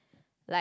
like